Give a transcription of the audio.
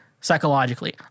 psychologically